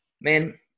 Man